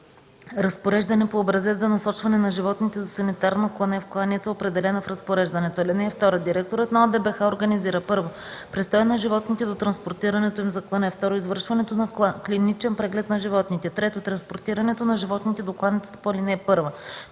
разпореждане по образец за насочване на животните за санитарно клане в кланица, определена в разпореждането. (2) Директорът на ОДБХ организира: 1. престоя на животните до транспортирането им за клане; 2. извършването на клиничен преглед на животните; 3. транспортирането на животните до кланицата по ал. 1; 4. реализирането